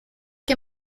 que